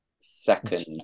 Second